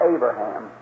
Abraham